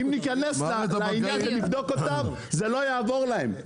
אם ניכנס לעניין ונבדוק אותם זה לא יעבור להם,